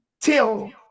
till